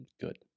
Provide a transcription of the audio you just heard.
good